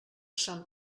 sant